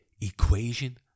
equation